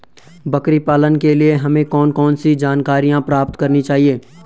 बकरी पालन के लिए हमें कौन कौन सी जानकारियां प्राप्त करनी चाहिए?